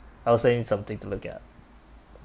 I was saying something to look at